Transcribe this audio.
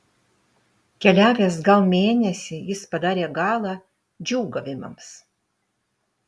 keliavęs gal mėnesį jis padarė galą džiūgavimams